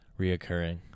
reoccurring